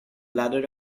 bladder